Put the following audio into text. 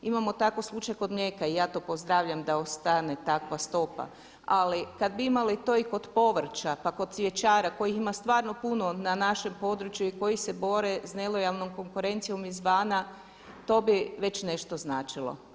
Imamo tako slučaj kod mlijeka i ja to pozdravljam da ostane takve stopa, ali kada bi imali to i kod povrća, pa kod cvjećara kojih ima stvarno puno na našem području i koji se bore s nelojalnom konkurencijom izvana, to bi već nešto značilo.